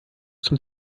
zum